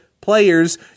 players